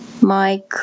Mike